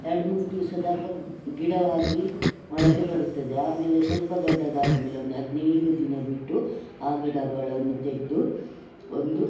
ಎರಡು ಮೂರು ದಿವಸದಾಗ ಗಿಡವಾಗಿ ಮೊಳಕೆ ಬರುತ್ತದೆ ಆಮೇಲೆ ಸ್ವಲ್ಪ ದೊಡ್ಡದಾದಮೇಲೆ ಒಂದು ಹದಿನೈದು ದಿನ ಬಿಟ್ಟು ಆ ಗಿಡಗಳನ್ನು ತೆಗೆದು ಒಂದು